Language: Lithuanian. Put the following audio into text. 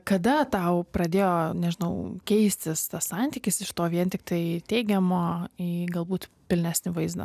kada tau pradėjo nežinau keistis tas santykis iš to vien tiktai teigiamo į galbūt pilnesnį vaizdą